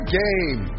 game